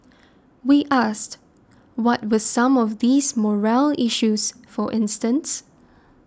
we asked what were some of these morale issues for instance